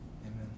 Amen